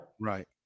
Right